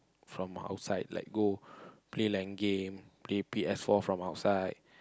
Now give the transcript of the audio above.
from outside like go play Lan game play p_s-four from outside